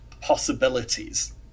possibilities